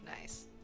Nice